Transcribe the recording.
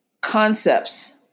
concepts